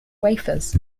wafers